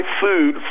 food